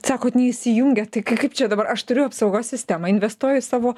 sakot neįsijungia tai kaip čia dabar aš turiu apsaugos sistemą investuoju į savo